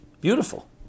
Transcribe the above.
beautiful